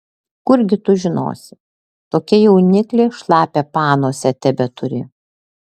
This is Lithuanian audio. kurgi tu žinosi tokia jauniklė šlapią panosę tebeturi